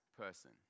person